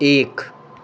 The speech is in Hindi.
एक